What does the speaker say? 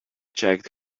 checked